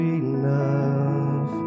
enough